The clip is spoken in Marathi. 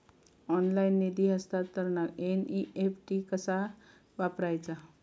ऑनलाइन निधी हस्तांतरणाक एन.ई.एफ.टी कसा वापरायचा?